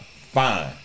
Fine